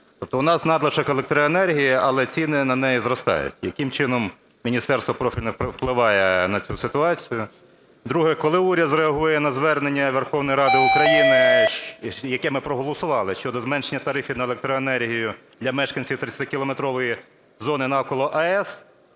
Тобто у нас надлишок електроенергії, але ціни на неї зростають. Яким чином міністерство профільне впливає на цю ситуацію? Друге. Коли уряд зреагує на звернення Верховної Ради України, яке ми проголосували щодо зменшення тарифів на електроенергію для мешканців 30-кілометрової зони навколо АЕС?